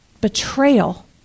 betrayal